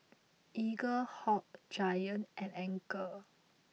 Eaglehawk Giant and Anchor